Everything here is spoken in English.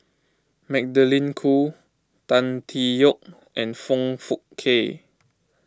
Magdalene Khoo Tan Tee Yoke and Foong Fook Kay